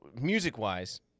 music-wise